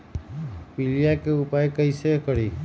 पीलिया के उपाय कई से करी?